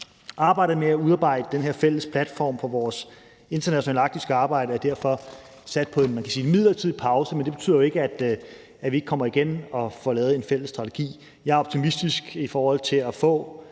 Arbejdet med at udarbejde den her fælles platform for vores internationale arktiske arbejde er derfor sat på midlertidig pause, men det betyder jo ikke, at vi ikke kommer igen og får lavet en fælles strategi. Jeg er optimistisk i forhold til at få